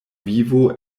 vivo